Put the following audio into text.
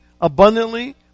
abundantly